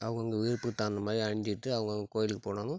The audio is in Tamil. அவங்கவுங்க விருப்பத்துக்கு தகுந்த மாதிரி அணிஞ்சுட்டு அவங்கவுங்க கோவிலுக்கு போனாலும்